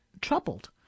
troubled